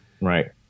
Right